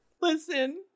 listen